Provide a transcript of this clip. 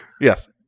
yes